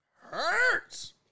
Hurts